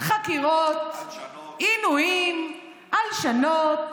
חקירות, הלשנות.